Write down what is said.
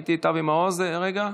ראיתי את אבי מעוז לפני רגע,